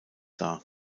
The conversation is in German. dar